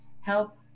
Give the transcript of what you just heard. Help